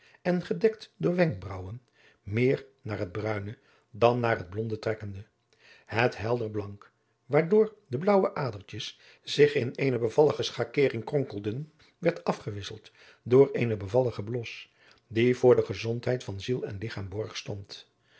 en gedekt door wenkbraauwen meer naar het bruine dan naar het blonde trekkende het helder blank waardoor de blaauwe adertjes zich in eene bevallige schakering kronkelden werd afgewisseld door eenen bevalligen blos die voor de gezondheid van ziel en ligchaam borg stond